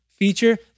Feature